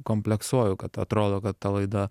kompleksuoju kad atrodo kad ta laida